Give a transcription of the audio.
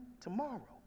tomorrow